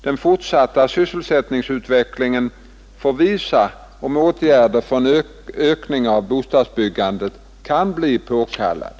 Den fortsatta sysselsättningsutvecklingen får visa om åtgärder för en ökning av bostadsbyggandet kan bli påkallade.